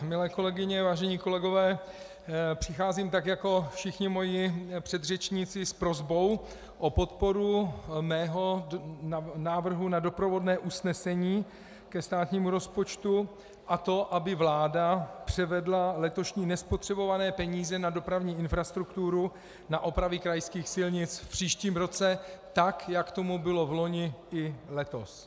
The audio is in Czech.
Milé kolegyně, vážení kolegové, přicházím tak jako všichni moji předřečníci s prosbou o podporu mého návrhu na doprovodné usnesení ke státnímu rozpočtu, a to aby vláda převedla letošní nespotřebované peníze na dopravní infrastrukturu na opravy krajských silnic v příštím roce tak, jak tomu bylo loni i letos.